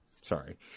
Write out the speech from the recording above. Sorry